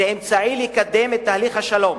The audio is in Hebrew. זה אמצעי לקדם את תהליך השלום.